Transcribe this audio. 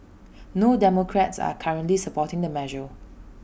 no democrats are currently supporting the measure